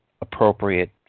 appropriate